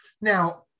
now